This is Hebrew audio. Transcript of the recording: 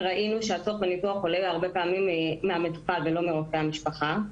ראינו שהצורך בניתוח עולה הרבה פעמים מהמטופל ולא מרופא המשפחה.